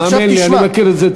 האמן לי, אני מכיר את זה טוב.